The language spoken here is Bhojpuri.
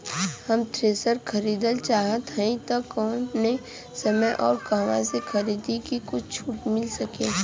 हम थ्रेसर खरीदल चाहत हइं त कवने समय अउर कहवा से खरीदी की कुछ छूट मिल सके?